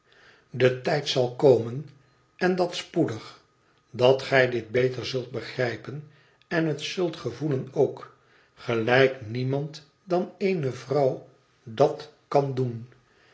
de tijd zal komen en dat spoedig dat gij dit beter zult begrijpen en het zult gevoelen ook gelijk niemand dan eene vrouw dat kan doen